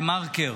דה-מרקר,